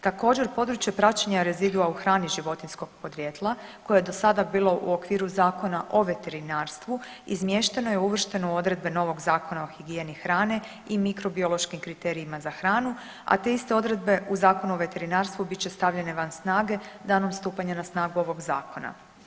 Također područje praćenja rezidua u hrani životinjskog podrijetla koje je do sada bilo u okviru Zakona o veterinarstvu izmješteno je i uvršteno u odredbe novog Zakona o higijeni hrane i mikrobiološkim kriterijima za hranu, a te iste odredbe u Zakonu o veterinarstvu bit će stavljene van snage danom stupanja na snagu ovog zakona.